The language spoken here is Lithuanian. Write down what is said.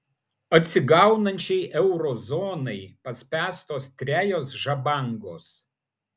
atsigaunančiai euro zonai paspęstos trejos žabangos